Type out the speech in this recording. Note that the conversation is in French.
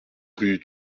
rue